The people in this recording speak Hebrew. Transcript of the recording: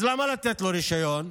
אז למה לתת לו רישיון?